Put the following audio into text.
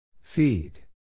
Feed